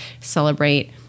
celebrate